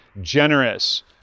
generous